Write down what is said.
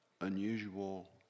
unusual